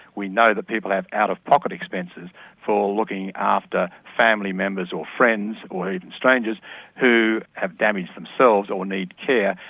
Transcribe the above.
we know that people have out-of-pocket expenses for looking after family members or friends or even strangers who have damaged themselves or need care,